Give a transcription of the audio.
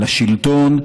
לשלטון,